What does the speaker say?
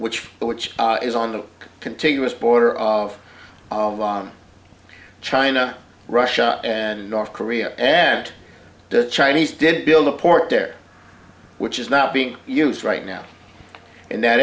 which which is on the contiguous border of china russia and north korea and the chinese did build a port there which is not being used right now in that